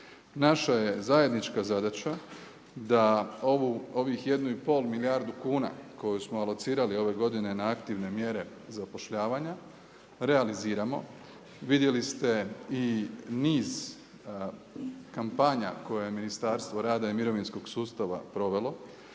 Naša je zajednička zadaća da ovih 1,5 milijardu kuna koje smo alocirali ove godine na aktivne mjere zapošljavanja realiziramo. Vidjeli ste i niz kampanja koje je Ministarstvo rada i mirovinskog sustava provelo,